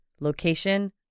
location